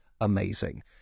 amazing